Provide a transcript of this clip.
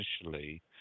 initially